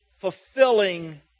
fulfilling